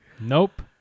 Nope